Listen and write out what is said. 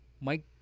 Mike